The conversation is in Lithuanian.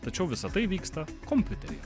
tačiau visa tai vyksta kompiuteryje